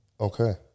Okay